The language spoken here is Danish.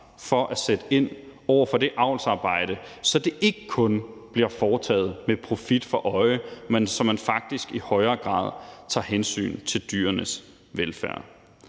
for at sætte ind over for det avlsarbejde, så det ikke kun bliver foretaget med profit for øje, men så man faktisk i højere grad tager hensyn til dyrenes velfærd.